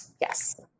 Yes